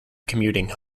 commuting